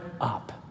up